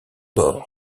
bord